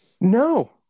No